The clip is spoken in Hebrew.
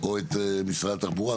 או את משרד התחבורה,